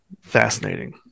fascinating